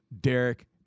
Derek